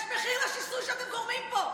יש מחיר לשיסוי שאתם גורמים פה.